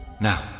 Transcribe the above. Now